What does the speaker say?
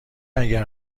اگر